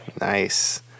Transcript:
Nice